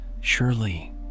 surely